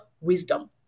wisdom